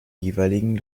jeweiligen